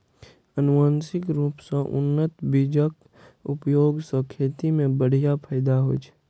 आनुवंशिक रूप सं उन्नत बीजक उपयोग सं खेती मे बढ़िया फायदा होइ छै